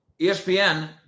ESPN